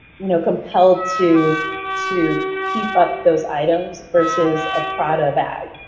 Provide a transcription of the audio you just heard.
you know compelled to to keep up those items versus a prada bag,